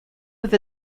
with